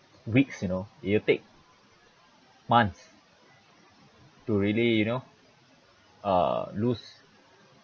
weeks you know it'll take months to really you know uh loose